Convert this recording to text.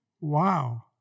wow